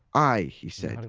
i, he said,